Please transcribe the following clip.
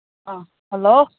hello